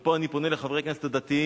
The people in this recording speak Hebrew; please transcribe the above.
ופה אני פונה לחברי הכנסת הדתיים,